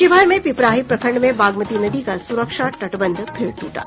शिवहर में पिपराही प्रखंड में बागमती नदी का सुरक्षा तटबंध फिर टूटा